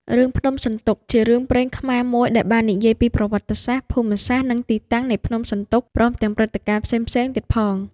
រឿង ភ្នំសន្ទុក ជារឿងព្រេងខ្មែរមួយដែលបាននិយាយពី ប្រវត្តិសាស្រ្ដ ភូមិសាស្រ្ដ និងទីតាំងនៃភ្នំសន្ទុក ព្រមទាំងព្រឹត្តិការណ៍ផ្សេងៗទៀតផង។